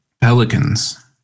Pelicans